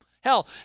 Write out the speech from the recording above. hell